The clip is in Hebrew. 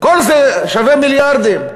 כל זה שווה מיליארדים,